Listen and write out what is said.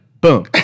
boom